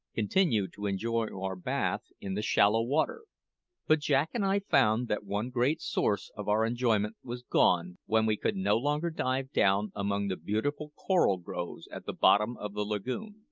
continue to enjoy our bathe in the shallow water but jack and i found that one great source of our enjoyment was gone when we could no longer dive down among the beautiful coral groves at the bottom of the lagoon.